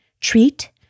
treat